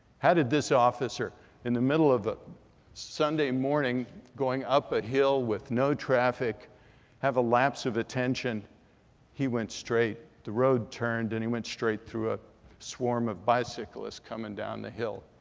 how did this officer in the middle of a sunday morning going up a hill with no traffic have a lapse of attention he went straight, the road turned, and he went straight through a swarm of bicyclists coming down the hill.